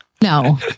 No